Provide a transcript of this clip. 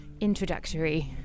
introductory